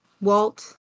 Walt